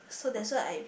so that's why I